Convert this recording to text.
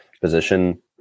position